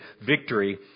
victory